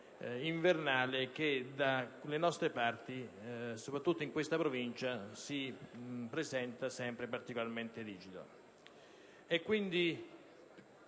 invernale che dalle nostre parti, in particolare in questa Provincia, si presenta sempre particolarmente rigida. È quindi